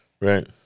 Right